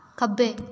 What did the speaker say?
ਖੱਬੇ